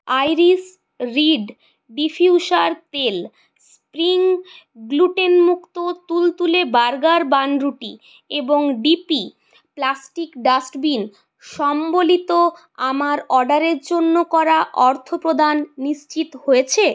iris reed diffuser তেল spring গ্লুটেনমুক্ত তুলতুলে বার্গার বানরুটি এবং ডি পি প্লাস্টিক ডাস্টবিন সম্বলিত আমার অর্ডারের জন্য করা অর্থপ্রদান নিশ্চিত হয়েছে